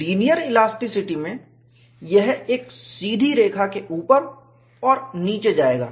linear elasticity में यह एक सीधी रेखा में ऊपर और नीचे जाएगा